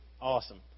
awesome